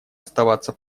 оставаться